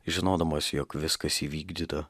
žinodamas jog viskas įvykdyta